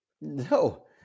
No